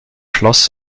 schloss